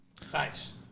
Thanks